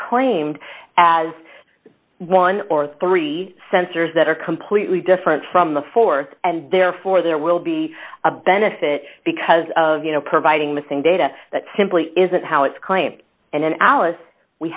claimed as one or three sensors that are completely different from the th and therefore there will be a benefit because of you know providing missing data that simply isn't how it's client and alice we